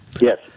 Yes